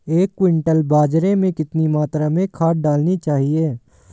एक क्विंटल बाजरे में कितनी मात्रा में खाद डालनी चाहिए?